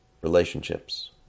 relationships